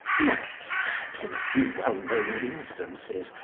not, except in a few well-known instances,